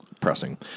pressing